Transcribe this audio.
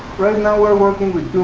right now we're working with